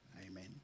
Amen